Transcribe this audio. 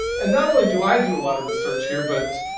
and not only do i do a lot of research here, but